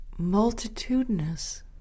multitudinous